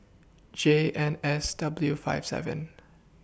J N S W five seven